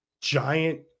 giant